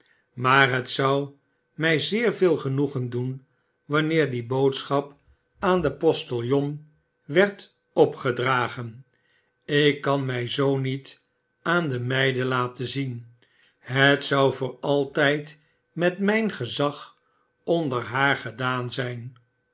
maar het zou mij zeer veel genoegen doen wanneer die boodschap aan den postiljon werd opgedragen ik kan mij zoo niet aan de meiden laten zien het zou voor altijd met mijn gezag onder haar gedaan zijn